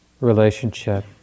relationship